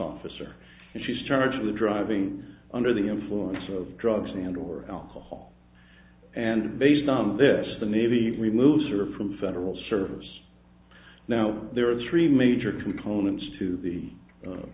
officer and she's charged with driving under the influence of drugs and or alcohol and based on this the navy removes or from federal service now there are three major components to the